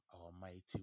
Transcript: Almighty